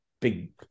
big